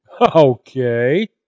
Okay